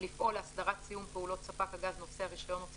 לפעול להסדרת סיום פעולות ספק הגז נושא הרישיון או צמצומן,